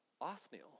Othniel